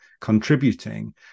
contributing